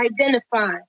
identify